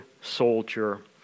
soldier